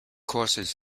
courses